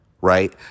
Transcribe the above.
right